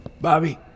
Bobby